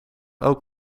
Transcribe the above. elk